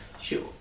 Sure